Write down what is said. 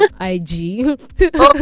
ig